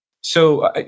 So-